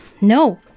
No